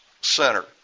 center